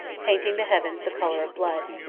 painting the heav ens the color of blood.